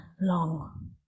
long